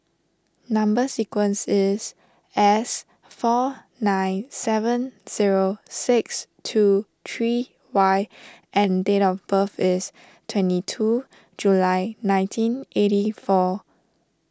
Number Sequence is S four nine seven zero six two three Y and date of birth is twenty two July nineteen eighty four